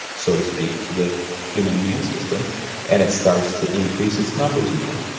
so to speak, to the human immune system and it starts to increase its numbers again.